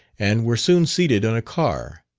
and were soon seated on a car,